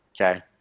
Okay